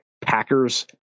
Packers